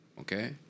Okay